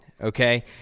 okay